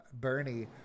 Bernie